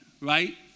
right